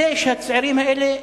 כדי שהצעירים האלה,